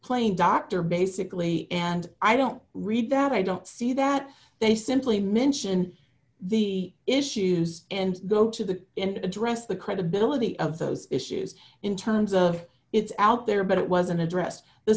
playing doctor basically and i don't read that i don't see that they simply mention the issues and go to the and address the credibility of those issues in terms of it's out there but it wasn't addressed the